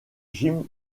jim